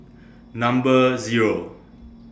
Number Zero